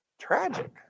tragic